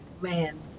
Man